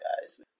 guys